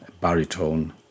baritone